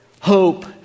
hope